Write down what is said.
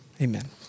Amen